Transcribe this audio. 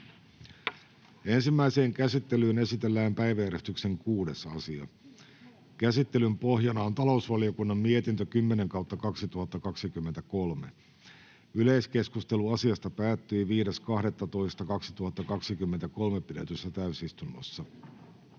Ensimmäiseen käsittelyyn esitellään päiväjärjestyksen 3. asia. Käsittelyn pohjana on valtiovarainvaliokunnan mietintö VaVM 12/2023 vp. Yleiskeskustelu asiasta päättyi 5.12.2023 pidetyssä täysistunnossa.